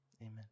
Amen